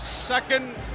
Second